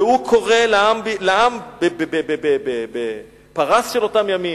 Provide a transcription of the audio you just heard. והוא קורא לעם בפרס של אותם ימים,